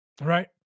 Right